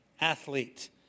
athlete